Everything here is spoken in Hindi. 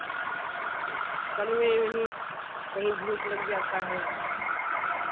कल मैं यूँहीं कहीं धूप लग जाता है